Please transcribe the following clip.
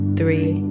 three